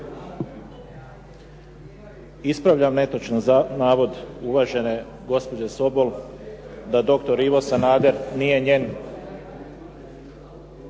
Ispravljam netočan navod uvažene gospođe Sobol da doktor Ivo Sanader nije njen